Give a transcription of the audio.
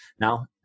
Now